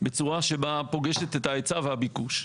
בצורה שבה פוגשת את ההיצע והביקוש.